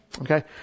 Okay